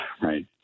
right